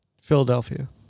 Philadelphia